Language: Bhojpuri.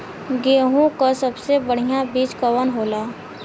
गेहूँक सबसे बढ़िया बिज कवन होला?